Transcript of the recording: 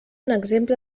exemple